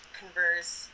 converse